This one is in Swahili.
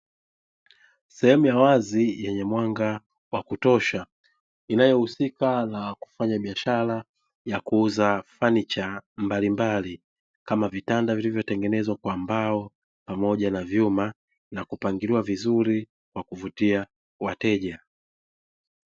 Sehemu ya wazi yenye mwanga wa kutosha inayohusika na kufanya biashara ya kuuza fanicha mbalimbali, kama vitanda vilivyotengenezwa kwa mbao pamoja na vyuma na kupangiliwa vizuri kwa kuvutia wateja.